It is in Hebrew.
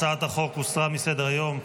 הצעת החוק הוסרה מסדר-היום.